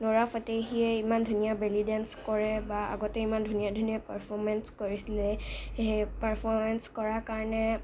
Nora ফাতেহিয়ে ইমান ধুনীয়া বেলি ডান্স কৰে বা আগতে ইমান ধুনীয়া ধুনীয়া পাৰফৰ্মেনচ্ কৰিছিলে সেই পাৰফৰ্মেনচ্ কৰাৰ কাৰণে